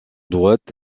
droite